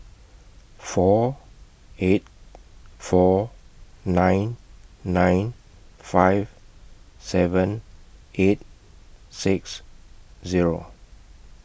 four eight four nine nine five seven eight six Zero